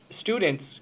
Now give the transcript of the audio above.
students